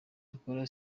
dukora